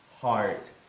heart